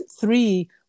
three